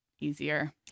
easier